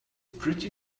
pretty